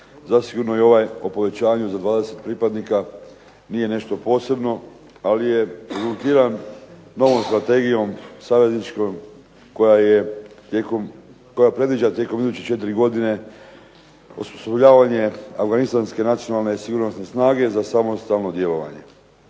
zasigurno je ovaj o povećanju za 20 pripadnika nije nešto posebno, ali je rezultiralo novom strategijom savezničkom koja predviđa tijekom iduće 4 godine osposobljavanje afganistanske nacionalne i sigurnosne snage za samostalno djelovanje.